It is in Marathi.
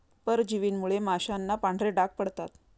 परजीवींमुळे माशांना पांढरे डाग पडतात